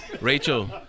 Rachel